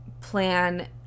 plan